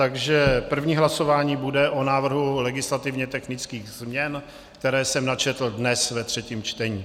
Takže první hlasování bude o návrhu legislativně technických změn, které jsem načetl dnes ve třetím čtení.